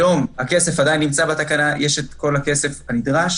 היום הכסף עדיין נמצא בתקנה, יש את כל הכסף הנדרש.